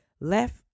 left